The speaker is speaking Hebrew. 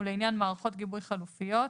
ולעניין מערכות גיבוי חלופיות,